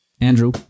Andrew